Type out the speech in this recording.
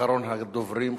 אחרון הדוברים,